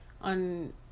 on